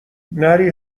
نری